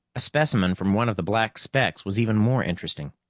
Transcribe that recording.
a specimen from one of the black specks was even more interesting.